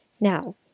Now